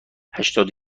هشتاد